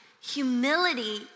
Humility